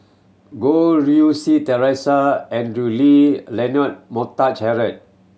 Goh Rui Si Theresa Andrew Lee Leonard Montague Harrod